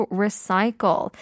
recycle